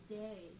day